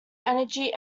energy